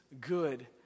good